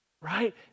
right